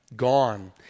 gone